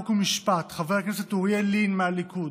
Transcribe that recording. חוק ומשפט חבר הכנסת אוריאל לין מהליכוד,